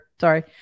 Sorry